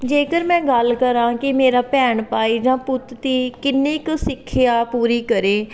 ਜੇਕਰ ਮੈਂ ਗੱਲ ਕਰਾਂ ਕਿ ਮੇਰਾ ਭੈਣ ਭਾਈ ਜਾਂ ਪੁੱਤ ਧੀ ਕਿੰਨੀ ਕੁ ਸਿੱਖਿਆ ਪੂਰੀ ਕਰੇ